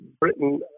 Britain